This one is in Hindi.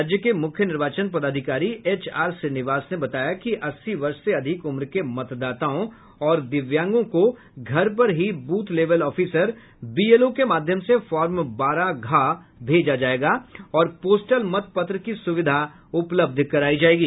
राज्य के मुख्य निर्वाचन पदाधिकारी एच आर श्रीनिवास ने बताया कि अस्सी वर्ष से अधिक उम्र के मतदाताओं और दिव्यांगों को घर पर ही ब्रथ लेवल ऑफिसर बीएलओ के माध्यम से फार्म बारह घ भेजा जायेगा और पोस्टल मत पत्र की सुविधा उपलब्ध करायी जायेगी